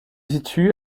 situe